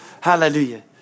Hallelujah